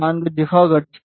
45 gigahertz